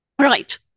Right